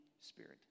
spirit